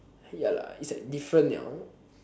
ya lah it's like different liao